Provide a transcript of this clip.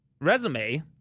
Resume